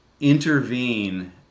intervene